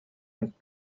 und